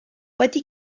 wedi